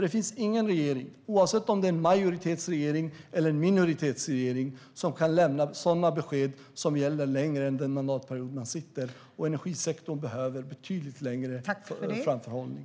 Det finns nämligen ingen regering, oavsett om det är en majoritetsregering eller en minoritetsregering, som kan lämna besked som gäller längre än den mandatperiod man sitter. Energisektorn behöver en betydligt längre framförhållning.